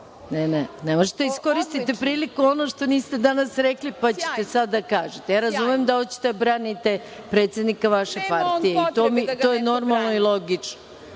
Ne možete da iskoristite priliku da ono što niste danas rekli, pa ćete sada da kažete. Ja razumem da hoćete da branite predsednika vaše partije i to je normalno i logično.